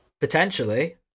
Potentially